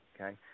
okay